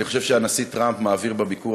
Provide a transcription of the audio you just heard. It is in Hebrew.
אני חושב שהנשיא טראמפ מעביר בביקור